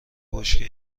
بشکه